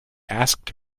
asked